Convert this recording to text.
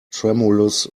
tremulous